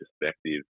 perspective